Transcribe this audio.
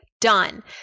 Done